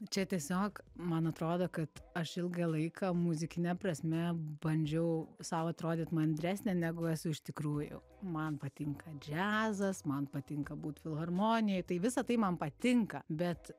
čia tiesiog man atrodo kad aš ilgą laiką muzikine prasme bandžiau sau atrodyt mandresnė negu esu iš tikrųjų man patinka džiazas man patinka būt filharmonijoj tai visa tai man patinka bet